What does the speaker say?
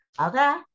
Okay